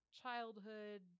childhood